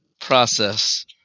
process